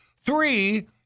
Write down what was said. three